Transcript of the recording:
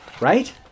Right